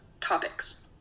topics